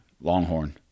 Longhorn